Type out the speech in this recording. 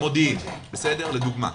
מודיעין לדוגמה.